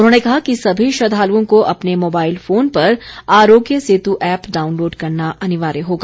उन्होंने कहा कि सभी श्रद्धालुओं को अपने मोबाईल फोन पर आरोग्य सेतु ऐप डाउनलोड करना अनिवार्य होगा